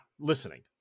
listening